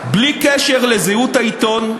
בלי קשר לזהות העיתון,